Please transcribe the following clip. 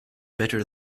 better